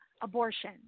abortion